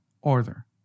order